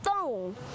phone